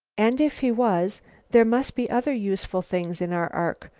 and if he was there must be other useful things in our ark,